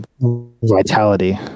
Vitality